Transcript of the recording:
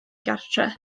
gartre